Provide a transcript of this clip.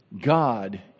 God